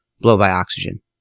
blow-by-oxygen